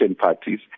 parties